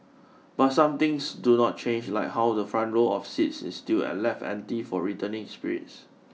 but some things do not change like how the front row of seats is still left empty for returning spirits